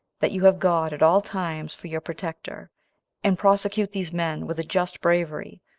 that you have god at all times for your protector and prosecute these men with a just bravery,